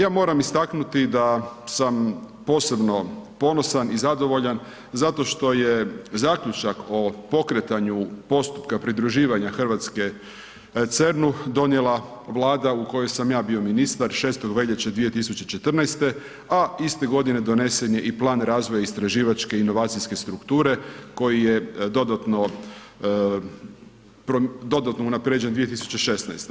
Ja moram istaknuti da sam posebno ponosan i zadovoljan zato što je zaključak o pokretanju postupka pridruživanja Hrvatske CERN-u donijela Vlada u kojoj sam ja bio ministar, 6. veljače 2014. a iste godine donesen je i plan razvoja istraživače inovacijske strukture koji je dodatno unaprijeđen 2016.